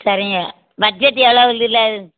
சரிங்க பட்ஜெட் எவ்வளோ இதில்